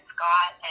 Scott